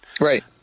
Right